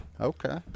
Okay